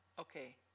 okay